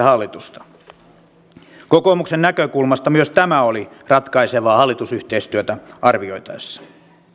hallitusta kokoomuksen näkökulmasta myös tämä oli ratkaisevaa hallitusyhteistyötä arvioitaessa